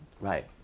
Right